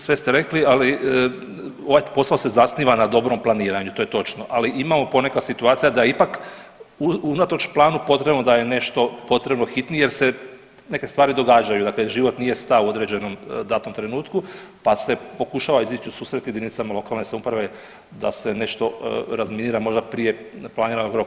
Sve ste rekli, ali ovaj posao se zasniva na dobrom planiranju, to je točno, ali imamo ponekad situacija da ipak unatoč planu potrebno da je nešto potrebno hitnije jer se neke stvari događaju, dakle život nije stao u određenom datom trenutku pa se pokušava izić u susret jedinicama lokalne samouprave da se nešto razminira možda prije planiranog roka.